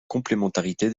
complémentarité